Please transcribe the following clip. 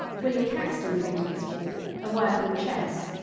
william caxton printed this book a work on chess.